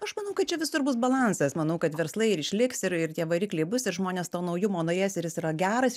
aš manau kad čia visur bus balansas manau kad verslai ir išliks ir ir tie varikliai bus ir žmonės to naujumo norės ir yra geras